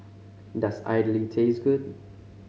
does idly taste good